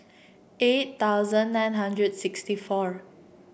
eight thousand nine hundred sixty four